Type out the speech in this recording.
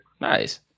Nice